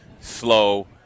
slow